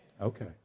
Okay